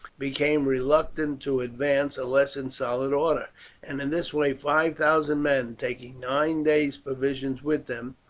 became reluctant to advance unless in solid order and in this way five thousand men, taking nine days' provisions with them,